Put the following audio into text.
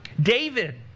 David